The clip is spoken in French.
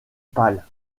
pâle